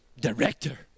director